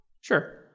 Sure